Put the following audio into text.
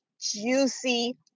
juicy